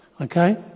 Okay